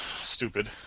Stupid